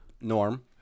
Norm